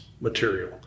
material